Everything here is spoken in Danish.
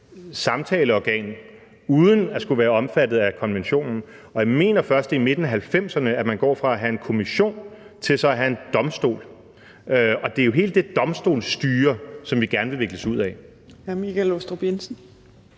samtaleorgan uden at skulle være omfattet af konventionen. Jeg mener først, det er i midten af 1990'erne, at man går fra at have en kommission til så at have en domstol. Og det er jo hele det domstolsstyre, som vi gerne vil vikles ud af.